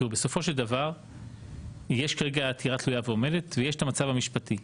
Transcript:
בסופו של דבר יש כרגע עתירה תלויה ועומדת ויש את המצב המשפטי.